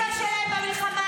ואטורי, אין צורך להגיב.